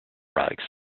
rugs